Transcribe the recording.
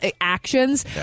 actions